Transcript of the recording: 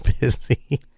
busy